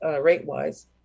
rate-wise